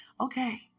Okay